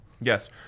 Yes